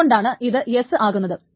അതുകൊണ്ടാണ് ഇത് S ആകുന്നത്